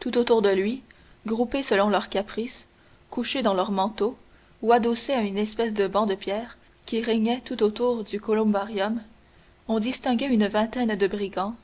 tout autour de lui groupés selon leur caprice couchés dans leurs manteaux ou adossés à une espèce de banc de pierre qui régnait tout autour du columbarium on distinguait une vingtaine de brigands